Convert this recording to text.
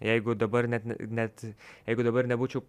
jeigu dabar net net jeigu dabar nebūčiau